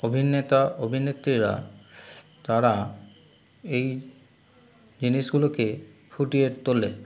অভিনেতা অভিনেত্রীরা তারা এই জিনিসগুলোকে ফুটিয়ে তোলে